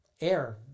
air